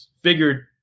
figured